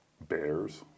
bears